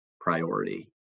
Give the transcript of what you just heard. priority